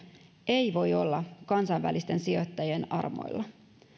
ei voi olla kansainvälisten sijoittajien armoilla